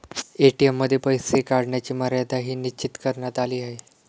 ATM मध्ये पैसे काढण्याची मर्यादाही निश्चित करण्यात आली आहे